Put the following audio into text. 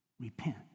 repent